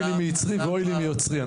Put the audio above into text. אוי לי מייצרי ואווי לי מיוצרי,